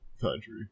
country